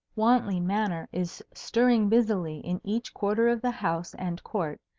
wantley manor is stirring busily in each quarter of the house and court,